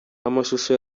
amashusho